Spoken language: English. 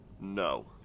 No